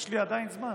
יש לי עדיין זמן.